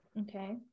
okay